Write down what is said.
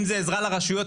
אם זה עזרה לרשויות,